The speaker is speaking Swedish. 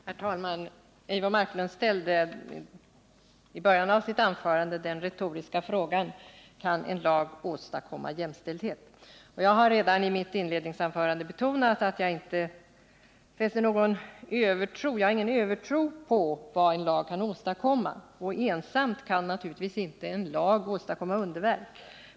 Herr talman! Eivor Marklund ställde i början av sitt anförande den retoriska frågan: Kan en lag åstadkomma jämställdhet? Jag har redan i mitt inledningsanförande betonat att jag inte har någon övertro på vad en lag kan åstadkomma, och ensam kan naturligtvis inte en lag åstadkomma underverk.